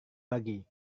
pagi